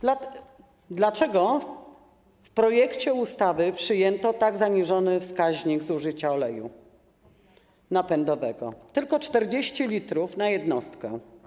Dlaczego w projekcie ustawy przyjęto tak zaniżony wskaźnik zużycia oleju napędowego, tylko 40 l na jednostkę?